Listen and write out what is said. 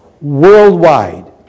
worldwide